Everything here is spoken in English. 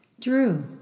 Drew